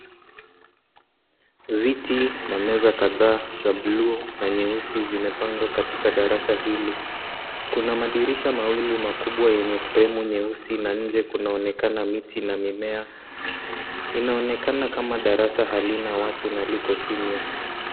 Viti na meza kadhaa za bluu na nyeusi zimepangwa katika darasa hili. Kuna madirisha mawili makubwa yenye fremu nyeusi na nje kunaonekana miti na mimea. Inaonekana kama darasa halina watu na liko kimya.